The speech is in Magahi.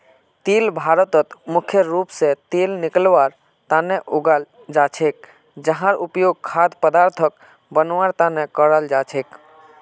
तिल भारतत मुख्य रूप स तेल निकलवार तना उगाल जा छेक जहार प्रयोग खाद्य पदार्थक बनवार तना कराल जा छेक